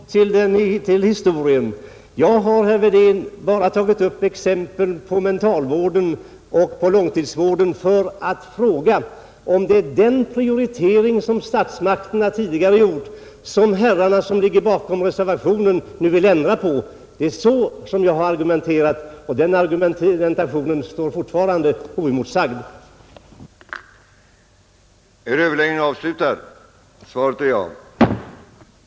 Herr talman! Jag tvingas återigen hänvisa till historien. Jag har, herr Wedén, bara tagit upp exempel på mentalvården och på långtidsvården för att fråga om det är den prioritering som statsmakterna tidigare gjort som herrarna bakom reservationen nu vill ändra på. Det är så jag har argumenterat och den argumentationen står fortfarande oemotsagd.